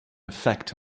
effect